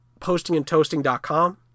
postingandtoasting.com